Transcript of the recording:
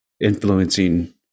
influencing